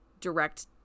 direct